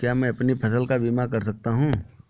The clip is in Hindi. क्या मैं अपनी फसल का बीमा कर सकता हूँ?